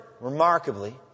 remarkably